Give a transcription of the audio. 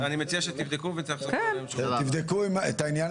תגידו בהבהרות.